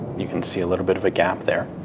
you can see a little bit of a gap there.